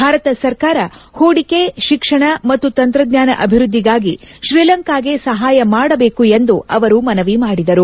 ಭಾರತ ಸರ್ಕಾರ ಸ ಸೂಡಿಕೆ ಶಿಕ್ಷಣ ಮತ್ತು ತಂತ್ರಜ್ಞಾನ ಅಭಿವೃದ್ಧಿಗಾಗಿ ಶ್ರೀಲಂಕಾಗೆ ಸಹಾಯ ಮಾಡಬೇಕು ಎಂದು ಅವರು ಮನವಿ ಮಾಡಿದರು